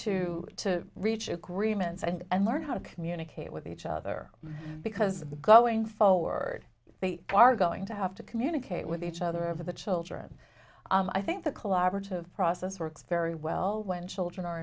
to to reach agreements and learn how to communicate with each other because going forward they are going to have to communicate with each other of the children i think the collaborative process works very well when children are